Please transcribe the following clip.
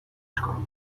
چیکار